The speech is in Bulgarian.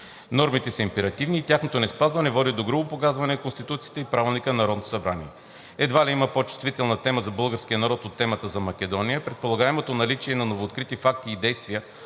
Нормите са императивни и тяхното неспазване води до грубо погазване на Конституцията и Правилника на Народното събрание. Едва ли има по-чувствителна тема за българския народ от темата за Македония. Предполагаемото наличие на новооткрити факти и действия